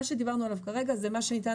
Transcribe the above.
מה שדיברנו עליו כרגע זה מה שניתן